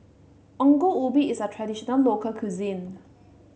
Ongol Ubi is a traditional local cuisine